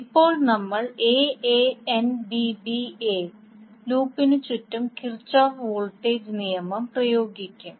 ഇപ്പോൾ നമ്മൾ aANBba ലൂപ്പിന് ചുറ്റും കിർചോഫ് വോൾട്ടേജ്Kirchoff's voltage നിയമം പ്രയോഗിക്കും